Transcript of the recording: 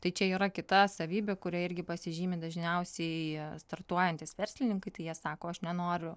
tai čia yra kita savybė kuria irgi pasižymi dažniausiai startuojantys verslininkai tai jie sako aš nenoriu